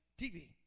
TV